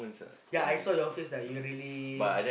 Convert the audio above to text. yea I saw your face like you were really